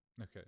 Okay